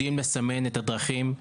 יודעים לסמן את הדרכים.